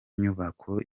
nyubako